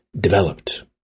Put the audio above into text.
developed